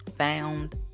found